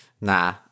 Nah